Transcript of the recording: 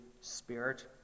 Spirit